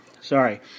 sorry